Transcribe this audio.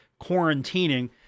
quarantining